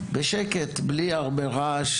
בשקט בלי הרבה רעש,